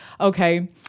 Okay